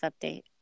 update